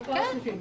בכל הסניפים?